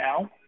now